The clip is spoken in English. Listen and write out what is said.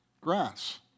grass